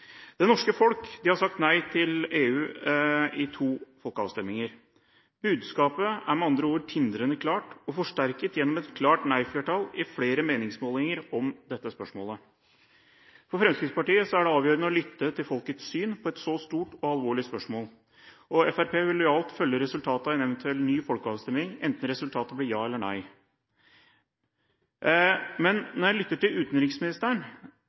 Det norske folk har sagt nei til EU i to folkeavstemninger. Budskapet er med andre ord tindrende klart, og forsterket gjennom et klart nei-flertall i flere meningsmålinger om dette spørsmålet. For Fremskrittspartiet er det avgjørende å lytte til folkets syn på et så stort og alvorlig spørsmål, og Fremskrittspartiet vil lojalt følge resultatet av en eventuell ny folkeavstemning, enten resultatet blir ja eller nei. Men når jeg lytter til utenriksministeren,